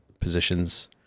positions